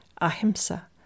ahimsa